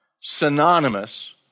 synonymous